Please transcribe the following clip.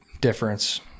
difference